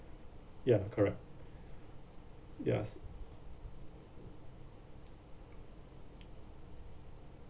ya correct ya s~